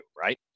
right